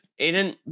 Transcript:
Aiden